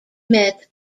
met